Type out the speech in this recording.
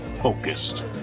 focused